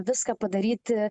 viską padaryti